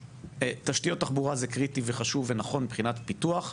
תשתיות תחבורה זה קריטי, חשוב ונכון מבחינת פיתוח.